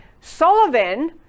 Sullivan